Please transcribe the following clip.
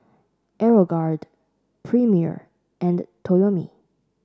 Aeroguard Premier and Toyomi